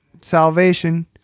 salvation